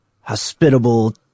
hospitable